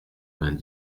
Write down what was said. vingt